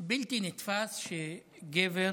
בלתי נתפס שגבר